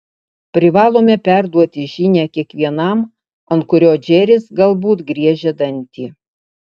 privalome perduoti žinią kiekvienam ant kurio džeris galbūt griežia dantį